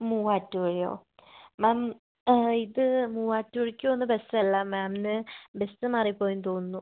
മൂവാറ്റുപുഴയോ ma'am ഇത് മൂവാറ്റുപുഴയ്ക്ക് പോവുന്ന ബസ് അല്ല മാമിന് ബസ് മാറി പോയെന്ന് തോന്നുന്നു